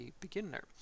beginner